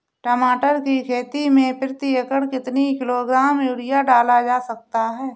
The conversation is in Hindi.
टमाटर की खेती में प्रति एकड़ कितनी किलो ग्राम यूरिया डाला जा सकता है?